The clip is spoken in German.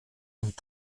und